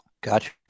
Gotcha